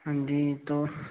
हां जी तो